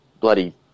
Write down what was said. bloody